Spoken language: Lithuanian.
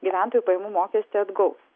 gyventojų pajamų mokestį atgaus